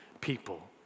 people